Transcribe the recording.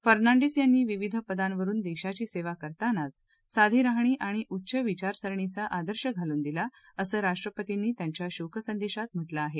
फर्नांडीस यांनी विविध पदांवरुन देशाची सेवा करतानाच साधी राहणी आणि उच्च विचारसरणीचा आदर्श घालून दिला असं राष्ट्रपतींनी त्यांच्या शोकसंदेशात म्हटलं आहे